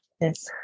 yes